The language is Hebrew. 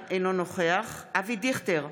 אינו נוכח אבי דיכטר,